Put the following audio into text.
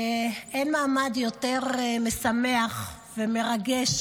אין מעמד יותר משמח ומרגש,